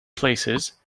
places